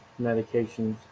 medications